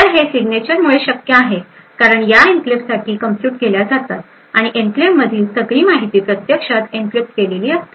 तर हे सिग्नेचर मुळे शक्य आहे कारण या एन्क्लेव्हसाठी कम्प्युट केल्या जातात आणि एन्क्लेव्हमधील सगळी माहिती प्रत्यक्षात एन्क्रिप्ट केलेली असते